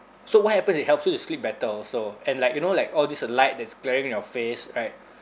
so what happens it helps you to sleep better also and like you know like all this uh light that's glaring at your face right